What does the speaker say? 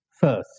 first